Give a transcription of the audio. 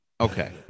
Okay